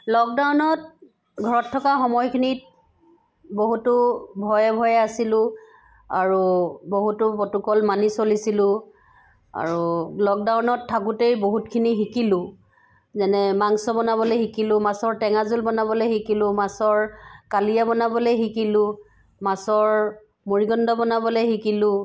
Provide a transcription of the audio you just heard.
লকডাউনত ঘৰত থকা সময়খিনিত বহুতো ভয়ে ভয়ে আছিলো আৰু বহুতো প্ৰট'কল মানি চলিছিলো আৰু লকডাউনত থাকোতেই বহুতখিনি শিকিলো যেনে মাংস বনাবলৈ শিকিলো মাছৰ টেঙা জোল বনাবলৈ শিকিলো মাছৰ কালিয়া বনাবলৈ শিকিলো মাছৰ মূৰিঘণ্ট বনাবলৈ শিকিলো